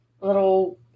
little